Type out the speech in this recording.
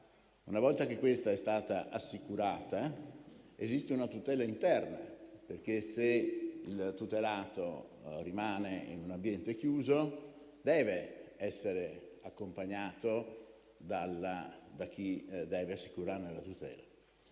una volta che questa è stata assicurata, esiste una tutela interna: se il tutelato rimane in un ambiente chiuso, deve essere accompagnato da chi deve assicurarne la tutela.